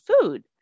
food